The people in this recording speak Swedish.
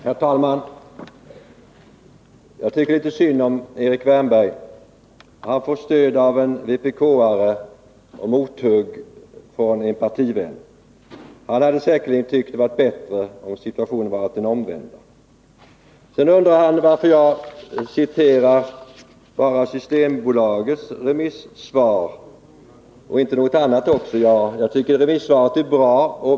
Herr talman! Jag tycker litet synd om Erik Wärnberg. Han får stöd av en vpk-are och mothugg från en partivän. Han hade säkerligen tyckt det vara bättre om situationen varit omvänd. Han undrar varför jag citerar bara Systembolagets remissvar och inte något annat också. Jag tycker remissvaret är bra.